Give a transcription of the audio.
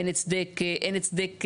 אין הצדק,